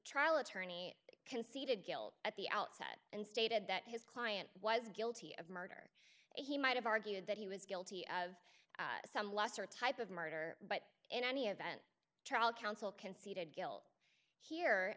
trial attorney conceded guilt at the outset and stated that his client was guilty of murder he might have argued that he was guilty of some lesser type of murder but in any event trial counsel conceded guilt here